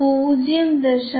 0